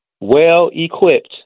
well-equipped